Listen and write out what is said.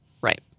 right